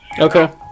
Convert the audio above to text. Okay